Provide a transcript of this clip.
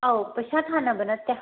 ꯑꯥꯎ ꯄꯩꯁꯥ ꯊꯥꯅꯕ ꯅꯠꯇꯦ